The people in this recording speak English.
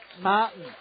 Martin